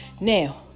Now